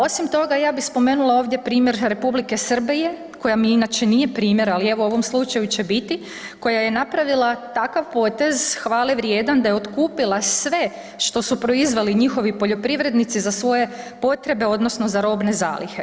Osim toga ja bi spomenula ovdje primjer Republike Srbije, koja mi inače nije primjer, ali evo u ovom slučaju će biti, koja je napravila takav potez hvale vrijedan da je otkupila sve što su proizveli njihovi poljoprivrednici za svoje potrebe, odnosno za robne zalihe.